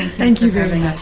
thank you very much.